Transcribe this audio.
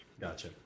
Gotcha